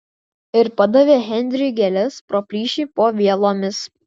ir padavė henriui gėles pro plyšį po vielomis